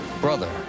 brother